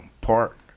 Park